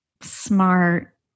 smart